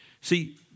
See